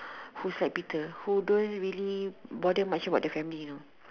whose like Peter who don't really bother much about the family you know